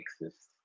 exists